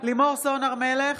לימור סון הר מלך,